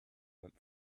went